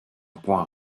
point